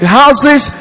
houses